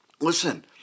Listen